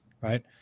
right